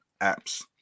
apps